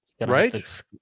right